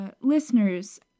listeners